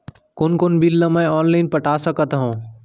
कोन कोन बिल ला मैं ऑनलाइन पटा सकत हव?